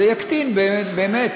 זה יקטין באמת,